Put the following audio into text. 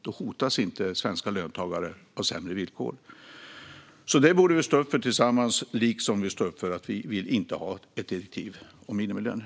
Då hotas inte svenska löntagare av sämre villkor. Detta borde vi stå upp för tillsammans, liksom vi står upp för att vi inte vill ha ett direktiv om minimilöner.